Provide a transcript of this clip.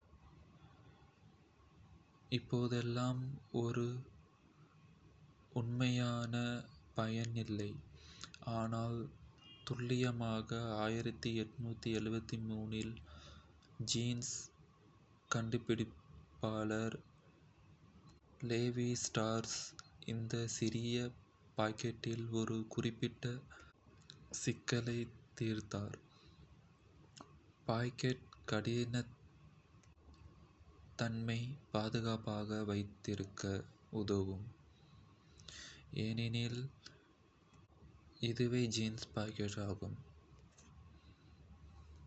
இப்போதெல்லாம், இது உண்மையான பயன் இல்லை, ஆனால் துல்லியமாக இல், ஜீன்ஸ் கண்டுபிடிப்பாளர் லெவி ஸ்ட்ராஸ் இந்த சிறிய பாக்கெட்டில் ஒரு குறிப்பிட்ட சிக்கலைத் தீர்த்தார் பாக்கெட் கடிகாரத்தை பாதுகாப்பாக வைத்திருக்க.